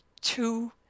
two